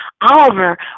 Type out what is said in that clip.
Oliver